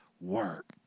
work